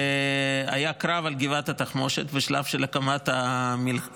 והיה קרב על גבעת התחמושת בשלב של הקמת הממשלה.